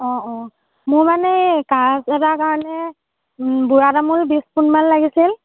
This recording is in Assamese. অ' অ' মোৰ মানে কাজ এটাৰ কাৰণে বুঢ়া তামোল বিশ পোণ মান লাগিছিল